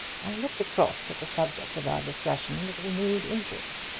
i looked across at the subject of our discussion with renewed interest.